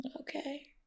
Okay